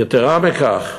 יתרה מכך,